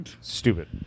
stupid